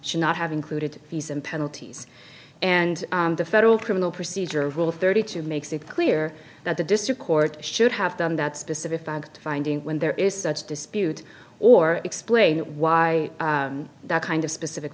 should not have included fees and penalties and the federal criminal procedure rule thirty two makes it clear that the district court should have done that specific to finding when there is such dispute or explain why that kind of specific